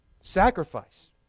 sacrifice